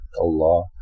Allah